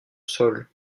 sol